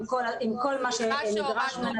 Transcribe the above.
עם כל מה שנדרש ממנה,